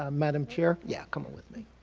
um madam chair yeah come with me